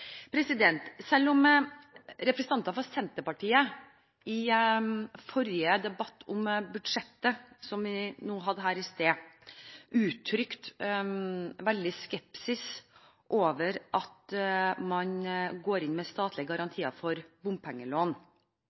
Selv om representanter fra Senterpartiet i forrige debatt om budsjettet, som vi hadde i sted, uttrykte veldig skepsis over at man går inn med statlige garantier for bompengelån,